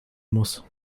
muss